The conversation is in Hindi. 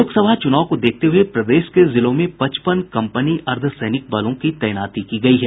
लोकसभा चूनाव को देखते हये प्रदेश के जिलों में पचपन कम्पनी अर्द्वसैनिक बलों की तैनाती की गयी है